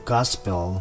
Gospel